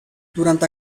durante